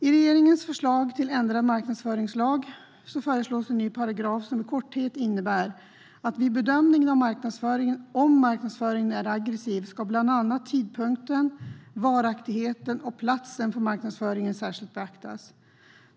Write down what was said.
I regeringens förslag till ändrad marknadsföringslag föreslås en ny paragraf som i korthet innebär att vid bedömning av om marknadsföringen är aggressiv ska bland annat tidpunkten, varaktigheten och platsen för marknadsföringen särskilt beaktas.